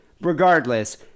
Regardless